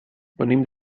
venim